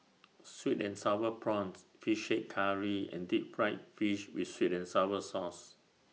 Sweet and Sour Prawns Fish Head Curry and Deep Fried Fish with Sweet and Sour Sauce